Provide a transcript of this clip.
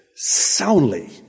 soundly